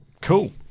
Cool